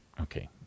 Okay